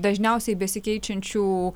dažniausiai besikeičiančių